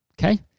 okay